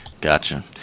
gotcha